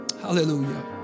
Hallelujah